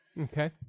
Okay